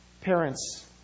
Parents